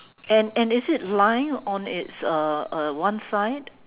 and and is it lying on it's uh uh one side